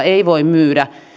ei voi myydä